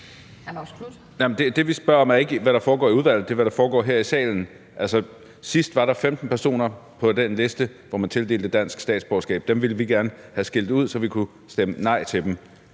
Det, vi spørger om, er ikke, hvad der foregår i udvalget. Det er, hvad der foregår her i salen. Altså, sidst var der 15 personer på den liste, hvor man tildelte dansk statsborgerskab, som vi gerne ville have skilt ud, så vi kunne stemme nej til dem,